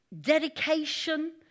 dedication